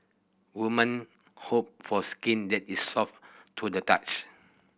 woman hope for skin that is soft to the touch